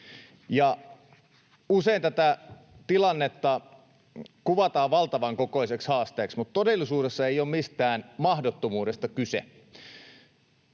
Usein tätä tilannetta kuvataan valtavan kokoiseksi haasteeksi, mutta todellisuudessa ei ole mistään mahdottomuudesta kyse.